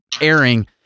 airing